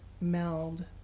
meld